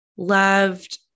loved